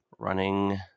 Running